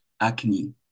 acne